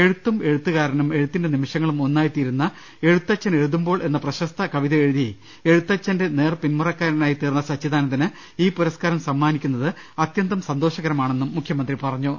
എഴുത്തും എഴുത്തുകാരനും എഴുത്തിന്റെ നിമിഷങ്ങളും ഒന്നായിത്തീരുന്ന എഴു ത്തച്ഛനെഴുതുമ്പോൾ എന്ന പ്രശസ്ത കവിതയെഴുതി എഴുത്തച്ഛന്റെ നേർ പിന്മുറക്കാരനായിത്തീർന്ന സച്ചിദാനന്ദന് ഈ പുരസ്കാരം സമ്മാനിക്കു ന്നത് അത്യന്തം സന്തോഷകരമാണെന്നും മുഖ്യമന്ത്രി പറഞ്ഞു